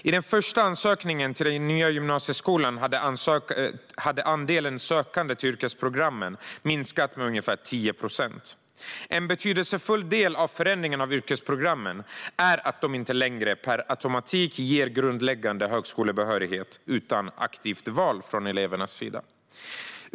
I den första ansökningen till den nya gymnasieskolan hade andelen sökande till yrkesprogrammen minskat med ungefär 10 procent. En betydelsefull del av förändringen av yrkesprogrammen är att de inte längre per automatik ger grundläggande högskolebehörighet utan ett aktivt val från elevernas sida.